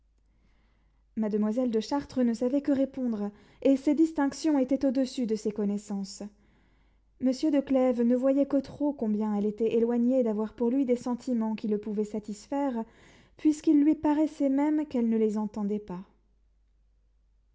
mademoiselle de chartres ne savait que répondre et ces distinctions étaient au-dessus de ses connaissances monsieur de clèves ne voyait que trop combien elle était éloignée d'avoir pour lui des sentiments qui le pouvaient satisfaire puisqu'il lui paraissait même qu'elle ne les entendait pas